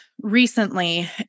recently